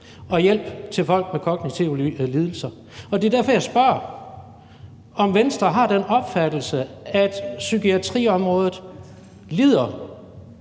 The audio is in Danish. for hjælp for folk med kognitive lidelser. Det er derfor, jeg spørger, om Venstre har den opfattelse, at psykiatriområdet lider